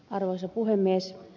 arvoisa puhemies